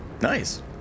nice